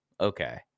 okay